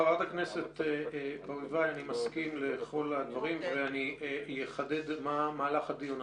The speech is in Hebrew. אני מסכים לכל הדברים ואני אחדד מה מהלך הדיון.